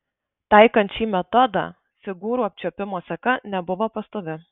taikant šį metodą figūrų apčiuopimo seka nebuvo pastovi